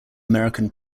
american